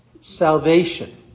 salvation